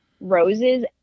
roses